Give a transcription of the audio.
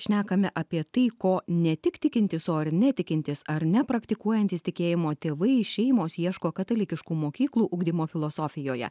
šnekame apie tai ko ne tik tikintys o ir netikintys ar nepraktikuojantys tikėjimo tėvai šeimos ieško katalikiškų mokyklų ugdymo filosofijoje